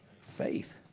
Faith